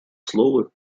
слово